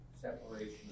separation